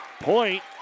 Point